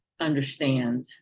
understand